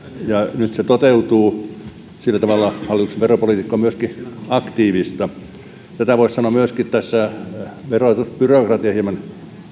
ja nyt se toteutuu sillä tavalla hallituksen veropolitiikka on myöskin aktiivista voisi sanoa myöskin että tässä verobyrokratia hieman